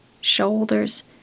shoulders